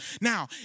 now